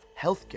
healthcare